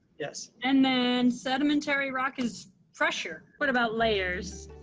yes. and then sedimentary rock is pressure. what about layers?